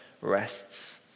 rests